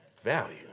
value